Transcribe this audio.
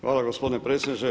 Hvala gospodine predsjedniče.